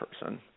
person